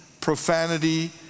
profanity